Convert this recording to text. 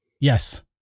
Yes